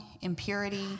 impurity